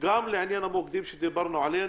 גם לעניין המוקדים שדברנו עליהם.